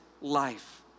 life